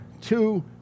two